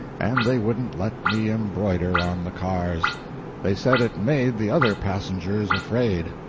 and they wouldn't let me embroider on the cars they said it made the other passengers afraid.